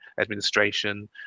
administration